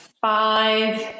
five